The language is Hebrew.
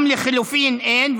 גם לחלופין, אין.